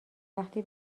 وقتی